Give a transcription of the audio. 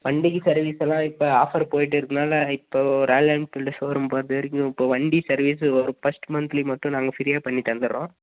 வண்டிக்கு சர்வீஸெல்லாம் இப்போ ஆஃபர் போய்ட்டு இருக்கனால் இப்போ ராயல் என்ஃபீல்டு ஷோரூம் பொறுத்த வரைக்கும் இப்போ வண்டி சர்வீஸு ஒரு ஃபர்ஸ்ட்டு மந்த்லி மட்டும் நாங்கள் ஃபிரீயாக பண்ணி தந்துடுறோம்